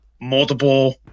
multiple